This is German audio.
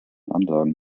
anlagen